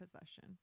possession